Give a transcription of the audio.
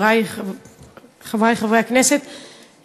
חברי חברי הכנסת,